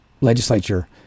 legislature